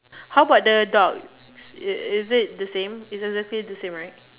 how about the duck is it the same is exactly the same right